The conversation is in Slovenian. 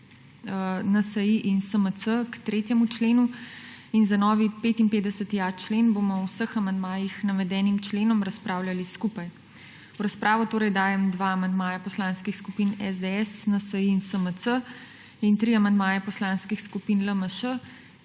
NSi in SMC k 3. členu in za novi 55.a člen, bomo o vseh amandmajih k navedenim členom razpravljali skupaj. V razpravo torej dajem dva amandmaja Poslanskih skupin SDS, NSi in SMC in tri amandmaje poslanskih skupin LMŠ